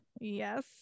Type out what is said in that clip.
yes